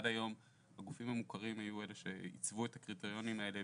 עד היום הגופים המוכרים היו אלה שעיצבו את הקריטריונים האלה